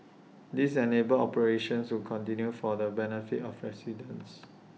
this enabled operations to continue for the benefit of residents